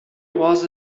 was